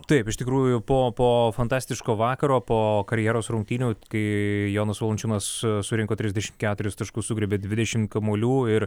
taip iš tikrųjų po po fantastiško vakaro po karjeros rungtynių kai jonas valančiūnas surinko trisdešim keturis taškus sugriebė dvidešim kamuolių ir